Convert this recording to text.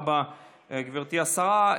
תודה רבה, גברתי השרה.